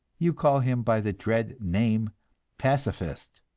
you call him by the dread name pacifist,